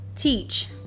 teach